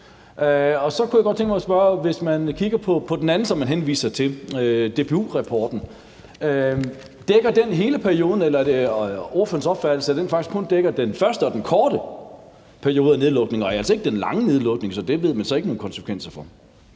Så kunne jeg godt tænke mig at spørge om noget, i forhold til hvis man kigger på den anden rapport, som man henviser til, nemlig DPU-rapporten. Dækker den hele perioden? Eller er det ordførerens opfattelse, at den faktisk kun dækker den første korte periode med nedlukning og altså ikke den lange nedlukning, sådan at man ikke ved, hvad konsekvenserne